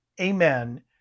amen